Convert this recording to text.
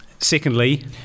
Secondly